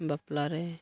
ᱵᱟᱯᱞᱟ ᱨᱮ